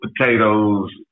potatoes